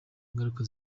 ingaruka